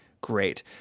great